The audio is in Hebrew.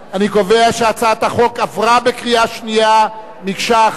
אני קובע שהצעת החוק עברה בקריאה שנייה מקשה אחת.